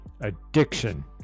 addiction